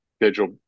digital